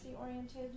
oriented